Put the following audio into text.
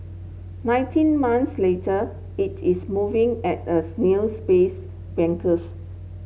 nineteen months later it is moving at a snail's pace bankers